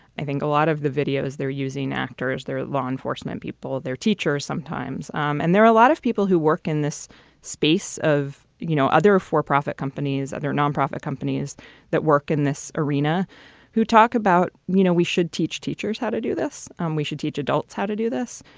i think a lot of the videos they're using actors there, law enforcement people, they're teachers sometimes. um and there are a lot of people who work in this space of, you know, other for profit companies, other nonprofit companies that work in this arena who talk about, you know, we should teach teachers how to do this and um we should teach adults how to do this.